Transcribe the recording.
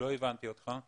לא הבנתי אותך.